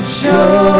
show